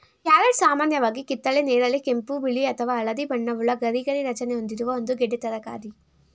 carrot ಸಾಮಾನ್ಯವಾಗಿ ಕಿತ್ತಳೆ ನೇರಳೆ ಕೆಂಪು ಬಿಳಿ ಅಥವಾ ಹಳದಿ ಬಣ್ಣವುಳ್ಳ ಗರಿಗರಿ ರಚನೆ ಹೊಂದಿರುವ ಒಂದು ಗೆಡ್ಡೆ ತರಕಾರಿ